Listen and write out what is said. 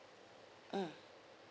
mm